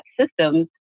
systems